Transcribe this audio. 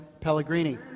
Pellegrini